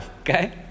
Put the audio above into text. Okay